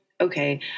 okay